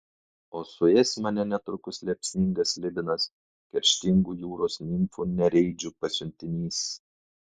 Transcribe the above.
o suės mane netrukus liepsningas slibinas kerštingų jūros nimfų nereidžių pasiuntinys